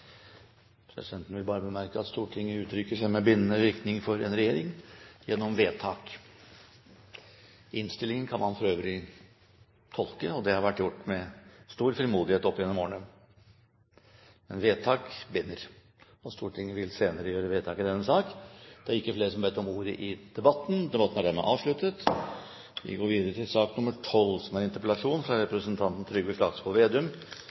Presidenten vil bare bemerke at Stortinget uttrykker seg med bindende virkning for en regjering gjennom vedtak. Innstillinger kan man for øvrig tolke, og det har vært gjort med stor frimodighet opp gjennom årene, men vedtak binder. Stortinget vil senere gjøre vedtak i denne sak. Flere har ikke bedt om ordet til sak nr. 11. Mat er politikk, og matvarepriser har til